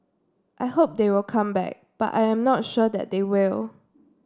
I hope they will come back but I am not sure that they will